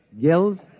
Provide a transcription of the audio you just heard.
Gills